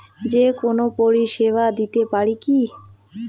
যে কোনো পরিষেবা দিতে পারি কি?